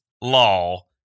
law